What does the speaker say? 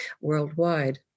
worldwide